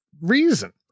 reason